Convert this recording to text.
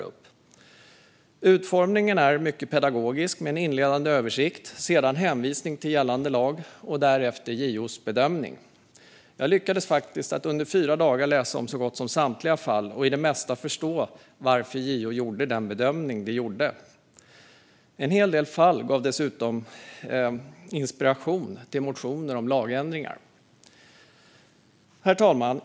Utformningen är mycket pedagogisk med en inledande översikt, sedan hänvisning till gällande lag och därefter JO:s bedömning. Jag lyckades faktiskt att under fyra dagar läsa om så gott som samtliga fall och i de flesta förstå varför JO gjorde den bedömning som de gjorde. En hel del fall gav dessutom inspiration till motioner om lagändringar. Herr talman!